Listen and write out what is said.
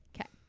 okay